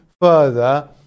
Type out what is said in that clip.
further